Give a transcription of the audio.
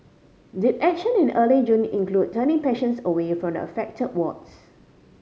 did action in early June include turning patients away from the affected wards